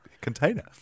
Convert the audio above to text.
container